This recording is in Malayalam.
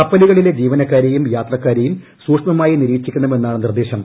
കപ്പലുകളിലെ ജീവനക്കാരെയും യാത്രക്കാരെയും സൂക്ഷ്മായി നിരീക്ഷിക്കണമെന്നാണ് നിർദ്ദേശം